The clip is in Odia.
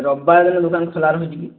ରବିବାର ଦୋକାନ ଖୋଲା ରହୁଛି କି